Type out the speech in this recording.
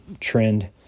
trend